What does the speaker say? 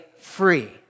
free